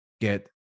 get